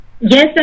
Yes